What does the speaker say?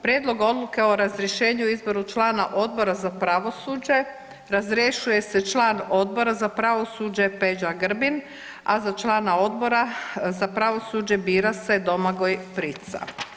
Prijedlog odluke o razrješenju i izboru člana Odbora za pravosuđe razrješuje se član Odbora za pravosuđe Peđa Grbin, a za člana Odbora za pravosuđe bira se Domagoj Prica.